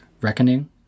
reckoning